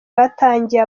batangiye